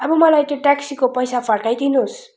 अब मलाई त्यो ट्याक्सीको पैसा फर्काइदिनु होस्